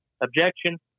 objection